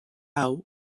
hau